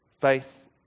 Faith